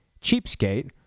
cheapskate